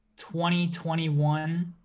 2021